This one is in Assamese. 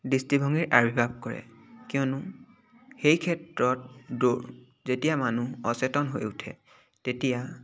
দৃষ্টিভংগীৰ আবিৰ্ভাৱ কৰে কিয়নো সেই ক্ষেত্ৰত দৌৰ যেতিয়া মানুহ অচেতন হৈ উঠে তেতিয়া